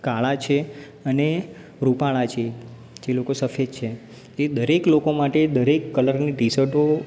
કાળા છે અને રૂપાળા છે જે લોકો સફેદ છે તે દરેક લોકો માટે દરેક કલરની ટી શર્ટો